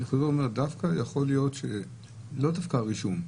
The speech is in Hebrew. דווקא שיכול להיות שלא דווקא הרישום,